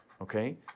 okay